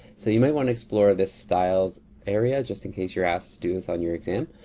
so you might want to explore this styles area just in case you're asked to do this on your exam.